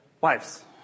wives